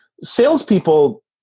salespeople